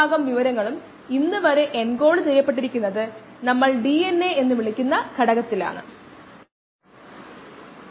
mxxvV ഈ mx നെ മാറ്റിസ്ഥാപിക്കാൻ നമ്മൾ ഇത് ഉപയോഗിക്കുകയാണെങ്കിൽ നമുക്ക് ഈ മൈനസ് rd വിയിലേക്ക് mx ന് പകരം xv